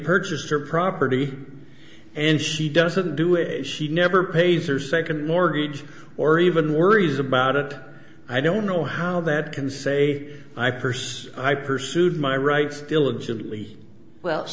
purchased her property and she doesn't do it she never pays or second mortgage or even worries about it i don't know how that can say i persist i pursued my rights diligently well